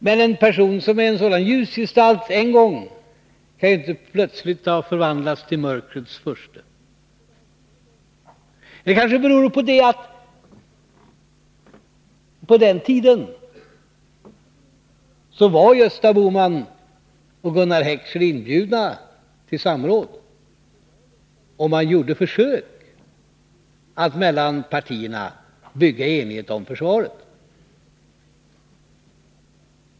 Men en person som är en sådan ljusgestalt en gång kan ju inte plötsligt förvandlas till mörkrets furste. Förklaringen kanske ligger däri att på den tiden, då enighet nåddes, var Gösta Bohman och Gunnar Heckscher inbjudna till samråd. Man gjorde försök att mellan partierna bygga enighet om försvaret.